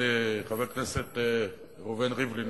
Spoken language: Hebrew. חבר הכנסת ראובן ריבלין,